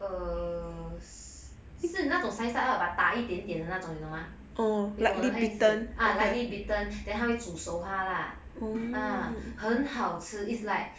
err 是那种 sunny side up but 大一点点的那种 you know mah you know 我的阿姨是 ah lightly beaten then 她会煮熟它啦 ah 很好吃 it's like